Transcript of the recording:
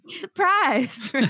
Surprise